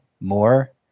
more